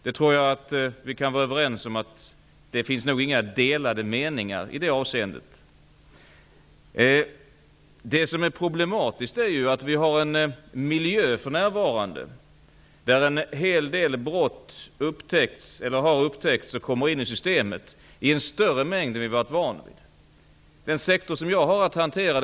Jag tror att vi kan vara överens om att det inte finns några delade meningar i det avseendet. Det som är problematiskt är att vi för närvarande har en miljö där en hel del brott upptäcks eller har upptäckts, och kommer in i systemet i en större mängd än vad vi har varit vana vid.